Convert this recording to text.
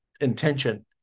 intention